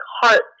heart